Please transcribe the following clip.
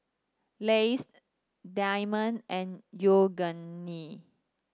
Lays Diamond and